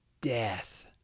death